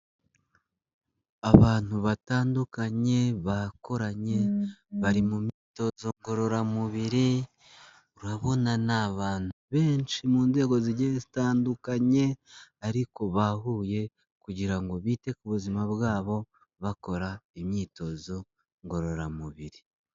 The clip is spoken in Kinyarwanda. Abantu batandukanye, bakoranye, bari mu myitozo ngororamubiri, urabona ni abantu benshi mu nzego zi zitandukanye ariko bahuye kugira ngo bite ku buzima bwabo, bakora imyitozo ngororamubiri.